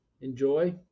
Enjoy